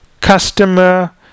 customer